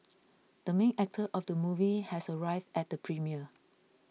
the main actor of the movie has arrived at the premiere